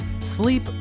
sleep